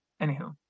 anywho